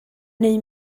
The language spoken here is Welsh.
neu